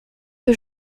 que